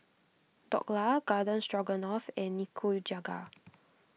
Dhokla Garden Stroganoff and Nikujaga